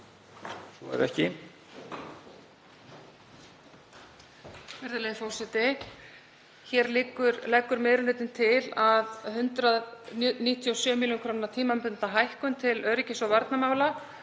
Svo er ekki.